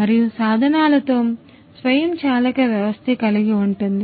మరియు సాధనాలతో స్వయంచాలక వ్యవస్థ కలిగి ఉంటుంది